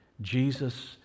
Jesus